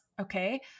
Okay